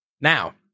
Now